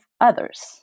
others